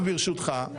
נרשמת.